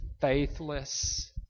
faithless